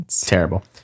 terrible